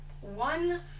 One